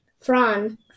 Fran